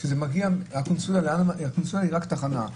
הקונסוליה היא רק תחנה.